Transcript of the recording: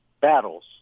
battles